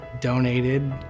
donated